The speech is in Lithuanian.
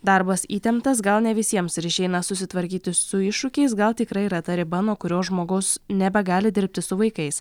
darbas įtemptas gal ne visiems ir išeina susitvarkyti su iššūkiais gal tikrai yra ta riba nuo kurios žmogus nebegali dirbti su vaikais